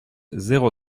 zéro